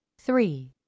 three